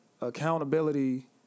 accountability